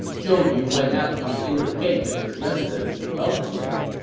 zhou yu went out to the inner gate of his residence to welcome them.